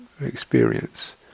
experience